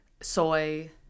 soy